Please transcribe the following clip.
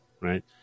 right